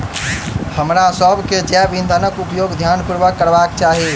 हमरासभ के जैव ईंधनक उपयोग ध्यान पूर्वक करबाक चाही